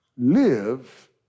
live